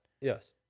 Yes